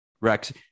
rex